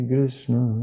Krishna